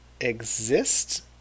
exist